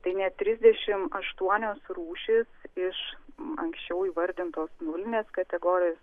tai net trisdešimt aštuonios rūšys iš anksčiau įvardintos nulinės kategorijos